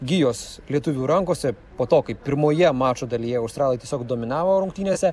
gijos lietuvių rankose po to kai pirmoje mačo dalyje australai tiesiog dominavo rungtynėse